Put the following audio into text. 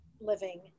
living